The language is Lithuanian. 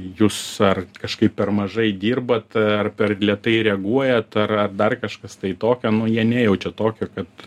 jūs ar kažkaip per mažai dirbat ar per lėtai reaguojat ar ar dar kažkas tai tokio nu jie nejaučia tokio kad